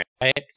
right